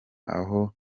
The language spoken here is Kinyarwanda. aho